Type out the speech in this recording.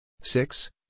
six